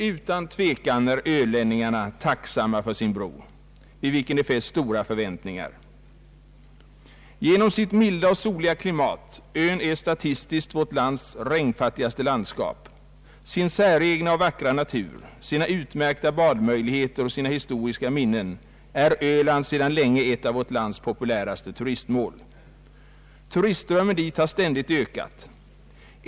Utan tvekan är ölänningarna tacksamma för sin bro, vid vilken de fäst stora förväntningar. Genom sitt milda och soliga klimat — ön är statistiskt vårt lands regnfattigaste landskap —, sin säregna och vackra natur, sina utmärkta badmöjligheter och sina historiska minnen är Öland sedan länge ett av vårt lands populäraste turistmål. Turistströmmen dit har ständigt ökat.